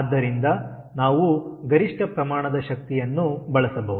ಆದ್ದರಿಂದ ನಾವು ಗರಿಷ್ಠ ಪ್ರಮಾಣದ ಶಕ್ತಿಯನ್ನು ಬಳಸಬಹುದು